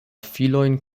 filojn